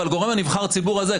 אבל גורם הנבחר הציבור הזה,